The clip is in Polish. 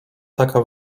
taka